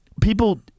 people